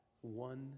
one